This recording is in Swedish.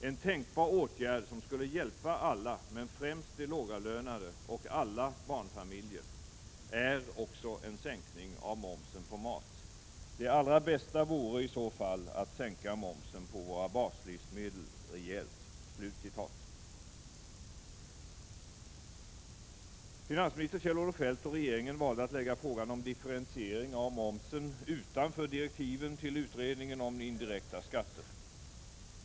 En tänkbar åtgärd som skulle hjälpa alla men främst de lågavlönade och alla barnfamiljer är också en sänkning av momsen på mat. Det allra bästa vore i så fall att sänka momsen på våra baslivsmedel rejält.” Finansminister Kjell-Olof Feldt och regeringen valde att lägga frågan om differentiering av momsen utanför direktiven till utredningen om indirekta skatter.